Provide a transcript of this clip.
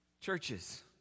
Churches